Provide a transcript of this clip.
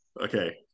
okay